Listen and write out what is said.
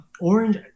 Orange